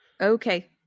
Okay